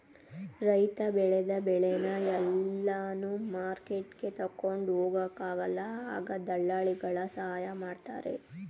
ರೈತ ಬೆಳೆದ ಬೆಳೆನ ಎಲ್ಲಾನು ಮಾರ್ಕೆಟ್ಗೆ ತಗೊಂಡ್ ಹೋಗೊಕ ಆಗಲ್ಲ ಆಗ ದಳ್ಳಾಲಿಗಳ ಸಹಾಯ ಮಾಡ್ತಾರೆ